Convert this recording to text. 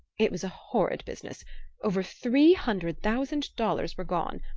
it was a horrid business over three hundred thousand dollars were gone,